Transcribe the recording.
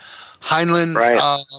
Heinlein